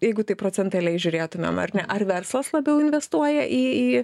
jeigu taip procentaliai žiūrėtumėm ar ne ar verslas labiau investuoja į į